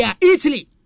Italy